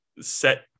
set